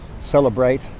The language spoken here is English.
celebrate